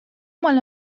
مال